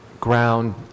ground